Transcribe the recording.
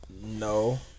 No